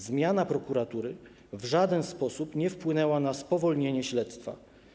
Zmiana prokuratury w żaden sposób nie wpłynęła na spowolnienie śledztwa.